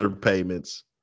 payments